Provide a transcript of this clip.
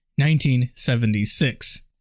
1976